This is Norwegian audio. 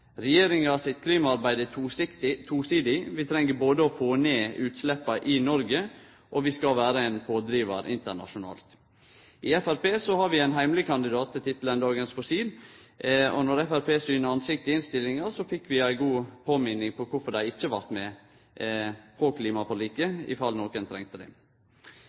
Regjeringa sitt klimaarbeid er tosidig, vi treng både å få ned utsleppa i Noreg, og vi skal vere ein pådrivar internasjonalt. I Framstegspartiet har vi ein heimleg kandidat til tittelen «Dagens fossil», og då Framstegspartiet synte ansikt i innstillinga, fekk vi ei god påminning om kvifor dei ikkje blei med på klimaforliket – i fall nokon treng det.